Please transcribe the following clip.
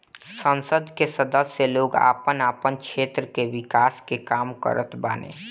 संसद कअ सदस्य लोग आपन आपन क्षेत्र कअ विकास के काम करत बाने